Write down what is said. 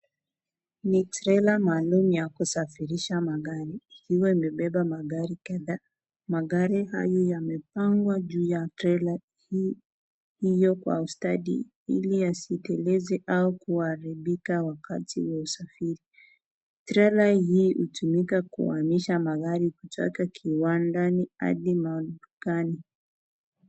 Ni trela maalumu ya kusafirisha magari ikiwa imebeba magari kadhaa. Magari hayo yamepangwa juu ya trela hiyo kwa ustadi ili yasiteleze au kuharibika wakati wa usafiri. Trela hii hutumika kuhamisha magari kutoka kiwandani hadi madukani.